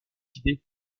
idées